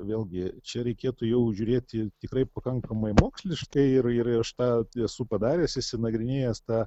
vėlgi čia reikėtų jau žiūrėti tikrai pakankamai moksliškai ir ir ir aš tą esu padaręs išsinagrinėjęs tą